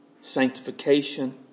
sanctification